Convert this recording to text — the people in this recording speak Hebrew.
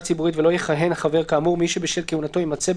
ציבורית ולא יכהן חבר כאמור מי שבשל כהונתו יימצא,